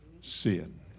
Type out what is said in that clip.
Sin